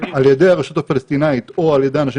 על ידי הרשות הפלסטינית או על ידי אנשים